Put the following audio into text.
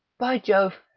by jove,